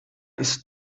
ist